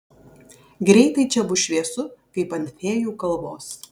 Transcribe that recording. greitai čia bus šviesu kaip ant fėjų kalvos